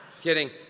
Kidding